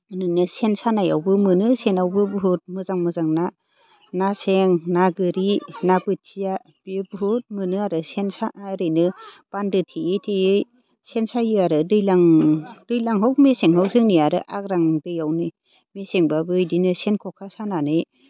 बिदिनो सेन सानायावबो मोनो सेनावबो बुहुद मोजां मोजां ना ना सें ना गोरि ना बोथिया बेयो बुहुद मोनो आरो सेन सानाय ओरैनो बान्दो थेयै थेयै सेन सायो आरो दैज्लां दैज्लाङाव मेसेङाव जोंनिया आरो आग्रां दैयावनो मेसेंबाबो बिदिनो सेन ख'खा सानानै